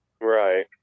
right